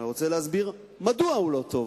ואני רוצה להסביר מדוע הוא לא טוב.